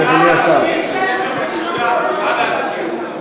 מי גר בקומה החמישית?